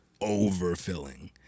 overfilling